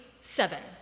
seven